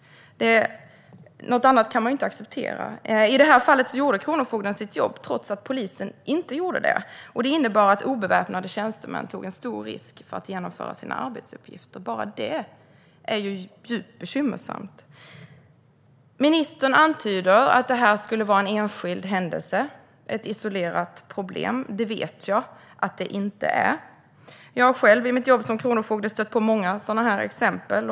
Något annat är inte acceptabelt. I detta fall gjorde kronofogden sitt jobb, trots att polisen inte gjorde sitt. Det innebar att obeväpnade tjänstemän tog en stor risk för att göra sina arbetsuppgifter, vilket i sig är djupt bekymmersamt. Ministern antyder att detta var en enskild händelse, ett isolerat problem. Jag vet att det inte var det. I mitt jobb som kronofogde har jag själv stött på många sådana exempel.